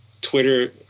Twitter